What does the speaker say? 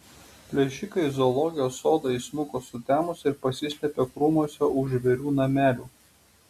plėšikai į zoologijos sodą įsmuko sutemus ir pasislėpė krūmuose už žvėrių namelių